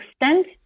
extent